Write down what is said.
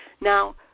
Now